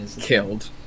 killed